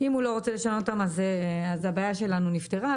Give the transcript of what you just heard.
אם הוא לא רוצה לשנות אותן, הבעיה שלנו נפתרה.